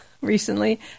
Recently